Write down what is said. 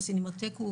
בסינמטק,